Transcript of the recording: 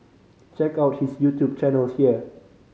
check out his YouTube channel here